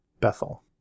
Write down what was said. bethel